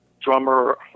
drummer